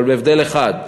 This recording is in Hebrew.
אבל בהבדל אחד.